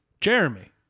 Jeremy